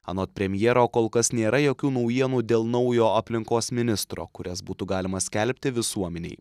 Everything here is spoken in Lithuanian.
anot premjero kol kas nėra jokių naujienų dėl naujo aplinkos ministro kurias būtų galima skelbti visuomenei